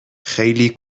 خیلی